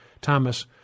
Thomas